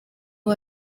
uwo